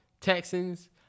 Texans